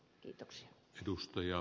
arvoisa puhemies